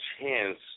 chance